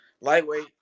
lightweight